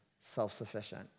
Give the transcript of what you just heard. self-sufficient